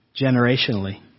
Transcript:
Generationally